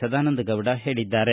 ಸದಾನಂದಗೌಡ ಹೇಳಿದ್ದಾರೆ